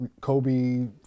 Kobe